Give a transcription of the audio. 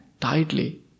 tightly